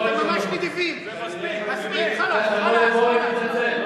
אתם ממש נדיבים, אתה תשמע הכול, חביבי.